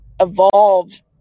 evolved